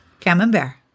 Camembert